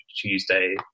Tuesday